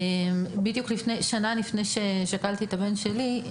שנה לפני ששכלתי את הבן שלי,